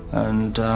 and